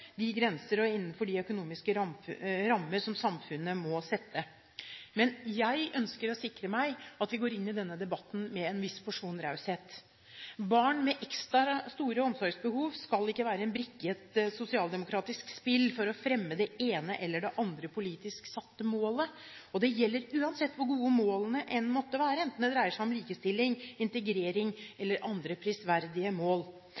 de grenser og innenfor de økonomiske rammer som samfunnet må sette. Jeg ønsker å sikre meg at vi går inn i denne debatten med en viss porsjon raushet. Barn med ekstra store omsorgsbehov skal ikke være en brikke i et sosialdemokratisk spill for å fremme det ene eller det andre politisk satte målet. Det gjelder uansett hvor gode målene måtte være, enten det dreier seg om likestilling, integrering eller andre prisverdige mål.